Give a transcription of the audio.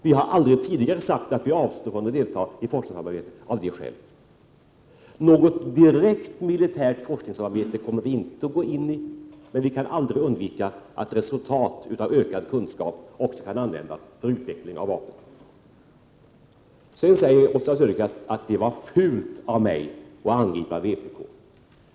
Vi har aldrig tidigare sagt att vi avstår från att delta i forskningssamarbete av det skälet. Något direkt militärt forskningssamarbete kommer vi inte att gå in i, men vi kan aldrig undvika att resultat av ökad kunskap också kan användas för utveckling av vapen. Sedan säger Oswald Söderqvist att det var fult av mig att angripa vpk.